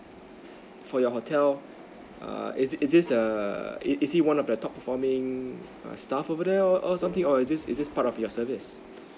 for your hotel err is he's err is he's one of the top performing err staff over there or something or is this is this part of your service